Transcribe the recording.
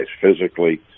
physically